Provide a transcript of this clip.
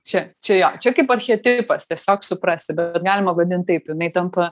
čia čia jo čia kaip archetipas tiesiog suprasti bet galima vadint taip jinai tampa